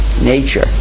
nature